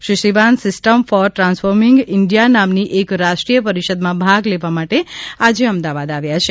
Shri Sivan system for transforming India નામની એક રાષ્ટ્રીય પરિષદમાં ભાગ લેવા માટે આજે અમદાવાદ આવ્યા છે